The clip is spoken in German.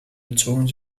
bezogen